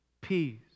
peace